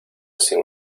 sin